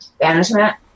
Banishment